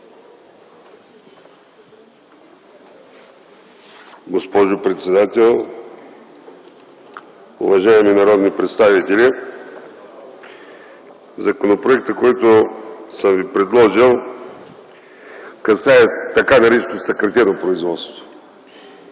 Госпожо председател, уважаеми народни представители! Законопроектът, който съм ви предложил, касае така нареченото съкратено производство.